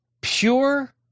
Pure